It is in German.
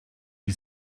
wie